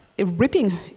ripping